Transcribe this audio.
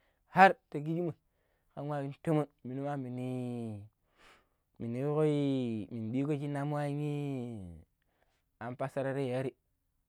Har ta kijimmo̱i ƙan nwa yung tumon minanu min ɗirgo shinna mu an an fasara ra yare..